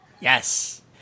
Yes